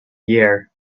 year